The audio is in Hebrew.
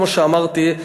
כמו שאמרתי,